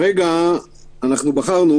ולכן כרגע אנחנו משתמשים